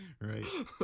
Right